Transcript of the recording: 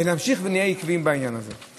ונמשיך ונהיה עקביים בעניין הזה.